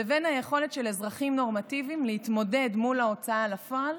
לבין היכולת של אזרחים נורמטיביים להתמודד מול ההוצאה לפועל